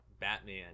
Batman